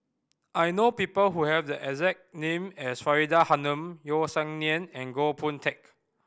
I know people who have the exact name as Faridah Hanum Yeo Song Nian and Goh Boon Teck